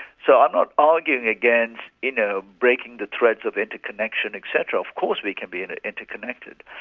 so i'm not arguing against you know breaking the threads of interconnection, etc. of course we can be and interconnected.